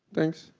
thanks.